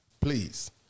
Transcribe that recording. please